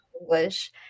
English